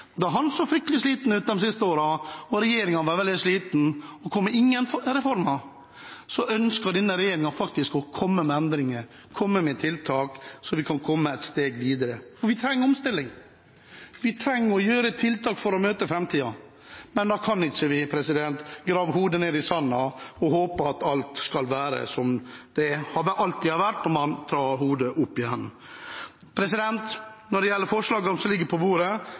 han så fryktelig sliten ut de siste årene, og regjeringen var veldig sliten og ikke kom med noen reformer, så ønsker denne regjeringen faktisk å komme med endringer, komme med tiltak så vi kan komme et steg videre. Vi trenger omstilling, vi trenger å gjøre tiltak for å møte framtiden, men da kan vi ikke grave hodet ned i sanden og håpe at alt skal være som det alltid har vært når man tar hodet opp igjen. Når det gjelder forslagene som ligger i bordet,